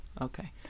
Okay